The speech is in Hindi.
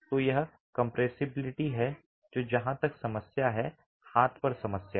तो यह कम्प्रेसिबिलिटी है जो जहां तक समस्या है हाथ पर समस्या है